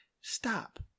stop